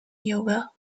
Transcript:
yoga